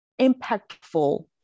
impactful